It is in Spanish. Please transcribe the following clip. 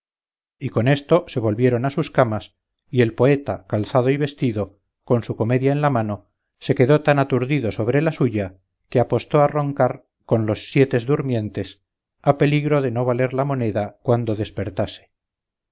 y con esto se volvieron a sus camas y el poeta calzado y vestido con su comedia en la mano se quedó tan aturdido sobre la suya que apostó a roncar con los sietes durmientes a peligro de no valer la moneda cuando despertase